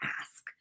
ask